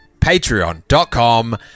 patreon.com